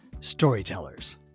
Storytellers